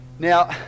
Now